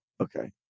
Okay